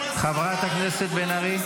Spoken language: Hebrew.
חברת הכנסת בן ארי.